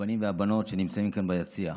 הבנים והבנות שנמצאים כאן ביציע,